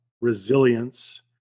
resilience